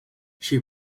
she